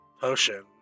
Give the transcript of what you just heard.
potion